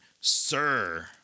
Sir